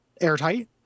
airtight